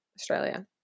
Australia